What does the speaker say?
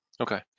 okay